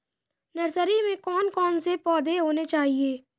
Nursery में कौन कौन से पौधे होने चाहिए?